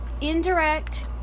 indirect